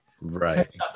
right